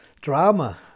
Drama